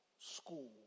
school